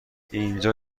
اینجا